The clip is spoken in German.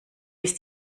ist